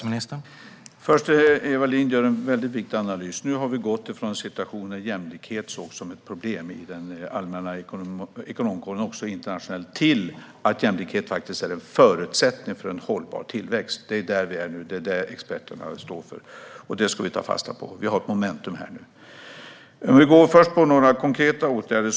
Herr talman! Eva Lindh gör en viktig analys. Vi har gått från en situation där jämlikhet sågs som ett problem inom den allmänna ekonomkåren - också internationellt - till att jämlikhet ses som en förutsättning för en hållbar tillväxt. Där är vi nu. Detta är vad experterna står för, och det ska vi ta fasta på. Vi har ett momentum nu. Jag ska nämna några konkreta åtgärder.